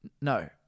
No